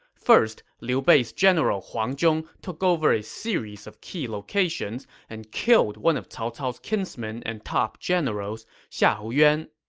first, liu bei's general huang zhong took over a series of key locations and killed one of cao cao's kinsmen and top generals, xiahou yuan.